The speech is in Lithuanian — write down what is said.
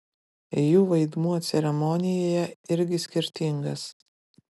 jų vaidmuo ceremonijoje irgi skirtingas